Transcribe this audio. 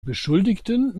beschuldigten